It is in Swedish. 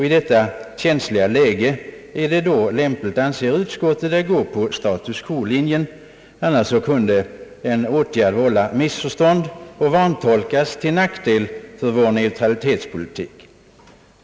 I detta känsliga läge är det lämpligt, anser utskottet, att behålla status quo. Annars kunde en åtgärd vålla missförstånd och vantolkas till nackdel för vår neutralitetspolitik.